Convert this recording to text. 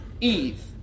Eve